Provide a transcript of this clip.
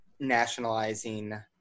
nationalizing